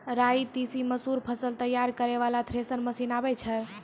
राई तीसी मसूर फसल तैयारी करै वाला थेसर मसीन आबै छै?